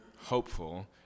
hopeful